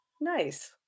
Nice